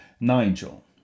Nigel